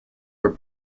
her